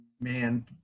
man